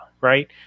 right